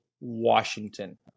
Washington